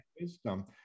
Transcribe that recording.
wisdom